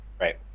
right